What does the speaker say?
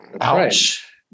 Ouch